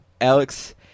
Alex